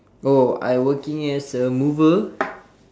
oh I working as a mover